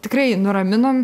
tikrai nuraminom